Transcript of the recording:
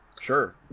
sure